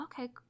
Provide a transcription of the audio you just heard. okay